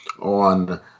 on